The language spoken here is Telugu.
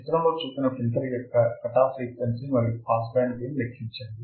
చిత్రంలో చూపిన ఫిల్టర్ యొక్క కటాఫ్ ఫ్రీక్వెన్సీ మరియు పాస్ బ్యాండ్ గెయిన్ లెక్కించండి